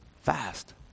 fast